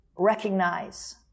recognize